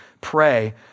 pray